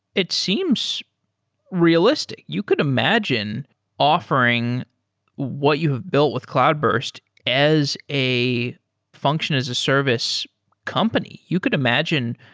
it seems realistic. you could imagine offering what you have built with cloudburst as a function as a service company. you could imagine,